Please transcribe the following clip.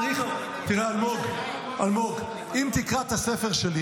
תראה, אלמוג, אם תקרא את הספר שלי